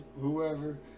whoever